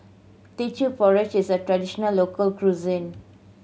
Teochew Porridge is a traditional local cuisine